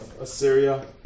Assyria